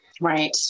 right